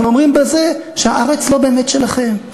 אנחנו אומרים בזה שהארץ לא באמת שלכם.